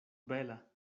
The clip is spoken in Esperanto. bela